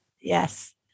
Yes